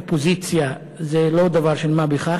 52 חברי אופוזיציה זה לא דבר של מה בכך.